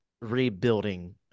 rebuilding